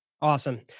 Awesome